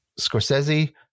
Scorsese